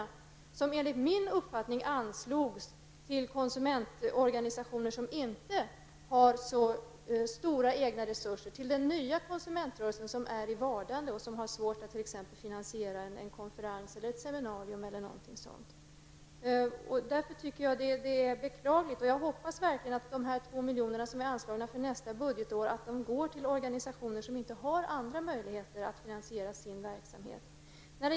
Enligt min uppfattning anslogs dessa 2 miljoner till konsumentorganisationer som inte har så stora egna resurser till förfogande och till den nya konsumentrörelse som är i vardande och som har svårt att finansiera t.ex. en konferens eller ett seminarium. Jag beklagar att det blev så här. Jag hoppas verkligen att de 2 miljoner som är anslagna för nästa budgetår går till organisationer som inte har andra möjligheter att finansiera sin verksamhet.